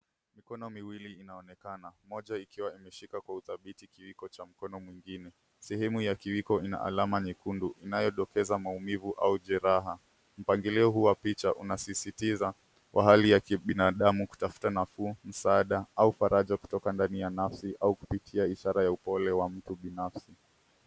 Mikono miwili inaonekana. Mmoja ikiwa imeshika kwa utabiti kiwiko cha mkono mwingine. Sehemu ya kiwiko ina alama nyekundu inayodokeza maumivu au jeraha. Mpangilio wa picha unasisitiza pahali ya kibinadamu kutafuta nafuu, msaada au faraja kutoka ndani ya nafsi au kupitia ishara ya upole wa mtu binafsi.